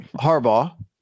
Harbaugh